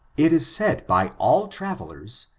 it is said by all travelers,